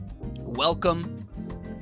welcome